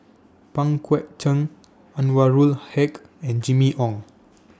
Pang Guek Cheng Anwarul Haque and Jimmy Ong